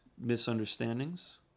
misunderstandings